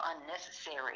unnecessary